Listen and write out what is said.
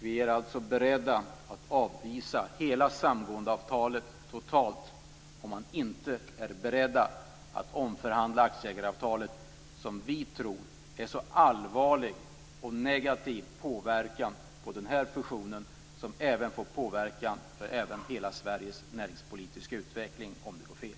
Vi är alltså beredda att avvisa hela samgåendeavtalet om man inte är beredd att omförhandla aktieägaravtalet, som vi tror mycket allvarligt och negativt påverkar denna fusion och som även påverkar hela Sveriges näringspolitiska utveckling om det går fel.